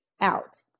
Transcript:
out